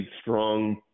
strong